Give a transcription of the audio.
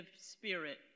spirit